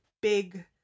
big